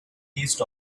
east